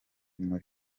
muri